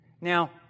Now